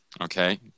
Okay